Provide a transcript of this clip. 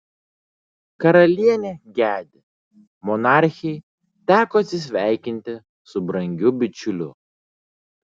karalienė gedi monarchei teko atsisveikinti su brangiu bičiuliu